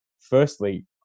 firstly